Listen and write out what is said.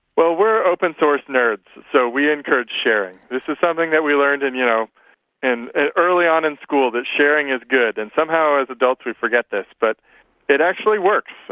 well we're open source nerds, so we encourage sharing. this is something that we learned and you know and early on in school, that sharing is good, and somehow as adults we forget this, but it actually works.